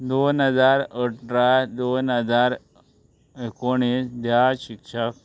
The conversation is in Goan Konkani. दोन हजार अठरा दोन हजार एकोणीस ह्या शिक्षक